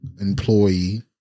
employee